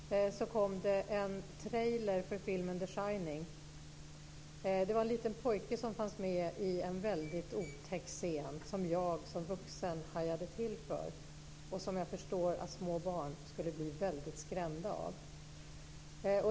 Fru talman! Häromkvällen när jag satte på TV:n för att titta på Aktuellt kom det en trailer för filmen The Shining. Det var en liten pojke som fanns med i en mycket otäck scen som jag som vuxen hajade till för och som jag förstår att små barn skulle bli mycket skrämda av.